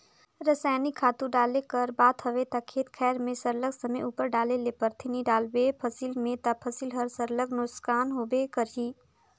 रसइनिक खातू डाले कर बात हवे ता खेत खाएर में सरलग समे उपर डाले ले परथे नी डालबे फसिल में ता फसिल हर सरलग नोसकान होबे करही